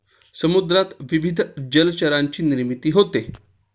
समुद्रात विविध जलचरांची निर्मिती होते